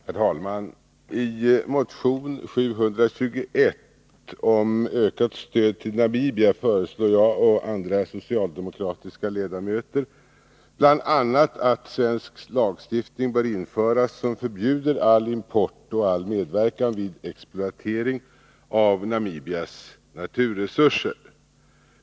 Herr talman! I motion 721 om ökat stöd till Namibia föreslår jag och andra socialdemokratiska ledamöter bl.a. att svensk lagstiftning bör införas som förbjuder all import och all medverkan vid exploatering av Namibias naturresurser.